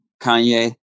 Kanye